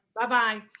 Bye-bye